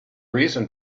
reason